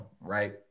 right